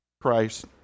Christ